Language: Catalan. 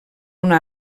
una